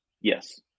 Yes